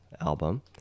album